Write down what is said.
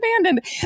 abandoned